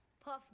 Puff